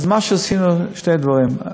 מה שעשינו זה שני דברים,